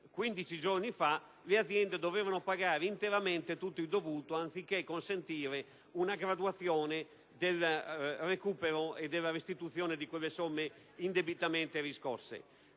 stabilito che le aziende devono pagare interamente tutto il dovuto, anziché consentire una graduazione del recupero e della restituzione delle somme indebitamente riscosse.